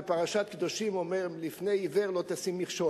בפרשת קדושים נאמר: לפני עיוור לא תשים מכשול.